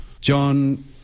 John